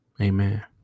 Amen